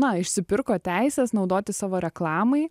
na išsipirko teises naudoti savo reklamai